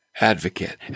advocate